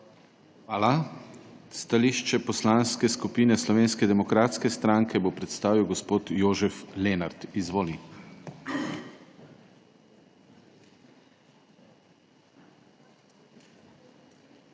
Hvala. Stališče Poslanske skupine Slovenske demokratske stranke bo predstavil gospod Jožef Lenart. Izvolite.